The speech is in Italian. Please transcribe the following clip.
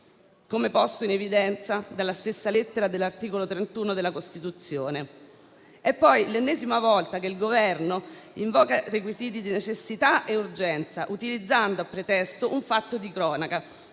come posto in evidenza dalla lettera dell'articolo 31 della Costituzione. È poi l'ennesima volta che il Governo invoca requisiti di necessità e urgenza, utilizzando a pretesto un fatto di cronaca,